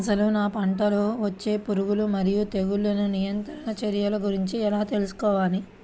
అసలు నా పంటలో వచ్చే పురుగులు మరియు తెగులుల నియంత్రణ చర్యల గురించి ఎలా తెలుసుకోవాలి?